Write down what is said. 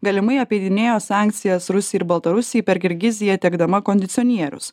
galimai apeidinėjo sankcijas rusijai ir baltarusijai per kirgiziją tiekdama kondicionierius